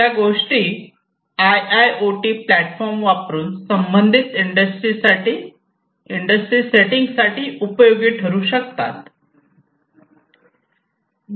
या गोष्टी I I O T platform वापरून संबंधित इंडस्ट्री सेटिंग साठी उपयोगी ठरू शकतात